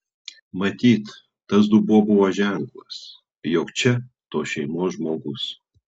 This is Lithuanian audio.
matyt tas dubuo buvo ženklas jog čia tos šeimos žmogus